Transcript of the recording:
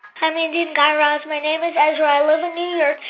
hi, mindy and guy raz. my name is ezra. i live in new york.